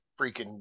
freaking